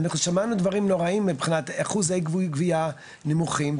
אנחנו שמענו דברים נוראים מבחינת אחוזי גבייה נמוכים,